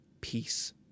peace